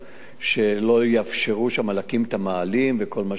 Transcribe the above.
שלא יאפשרו שם להקים את המאהלים וכל מה שקשור לזה.